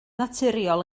naturiol